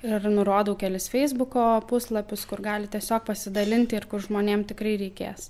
ir nurodau kelis feisbuko puslapius kur gali tiesiog pasidalinti ir kur žmonėm tikrai reikės